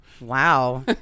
Wow